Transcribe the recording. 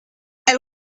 elle